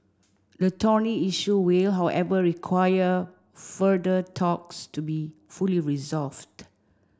the thorny issue will however require further talks to be fully resolved